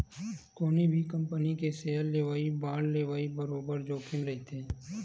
कोनो भी कंपनी के सेयर लेवई, बांड लेवई म बरोबर जोखिम रहिथे